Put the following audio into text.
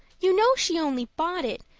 you know she only bought it,